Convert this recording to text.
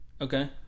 Okay